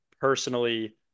personally